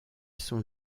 sont